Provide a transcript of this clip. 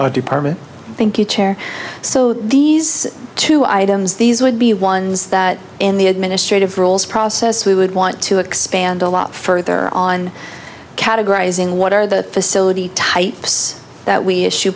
our department thank you chair so these two items these would be ones that in the administrative rules process we would want to expand a lot further on categorizing what are the facility types that we issue